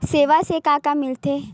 सेवा से का का मिलथे?